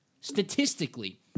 statistically